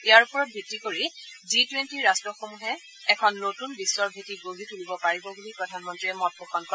ইয়াৰ ওপৰত ভিত্তি কৰি জি টুৱেণ্টি ৰাট্টসমূহে এখন নতুন বিশ্বৰ ভেটি গঢ়ি তুলিব পাৰিব বুলি প্ৰধানমন্তীয়ে মত পোষণ কৰে